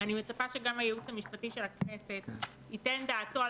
ואני מצפה שגם הייעוץ המשפטי של הכנסת ייתן דעתו על